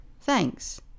Thanks